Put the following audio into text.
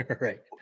Right